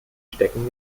stecken